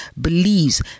believes